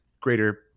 greater